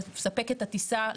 לספק את הטיסה,